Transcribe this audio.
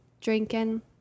Drinking